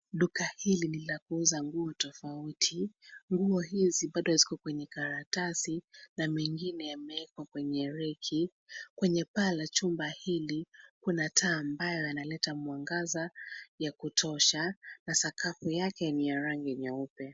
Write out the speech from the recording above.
Duka hili ni la kuuza nguo tofauti, nguo hizi bado ziko kwenye karatasi, na mengine yamewekwa kwenye reki. Kwenye paa la chumba hili, kuna taa ambayo yanaleta mwangaza ya kutosha na sakafu yake ni ya rangi nyeupe.